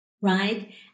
right